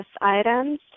items